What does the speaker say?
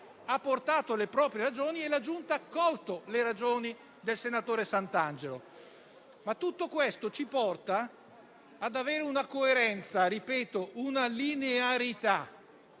ha portato le proprie ragioni e la Giunta ha accolto le ragioni del senatore Santangelo. Tutto questo ci porta ad avere una coerenza e una linearità.